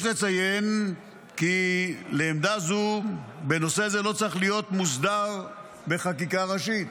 יש לציין כי לעמדתנו נושא זה לא צריך להיות מוסדר בחקיקה ראשית.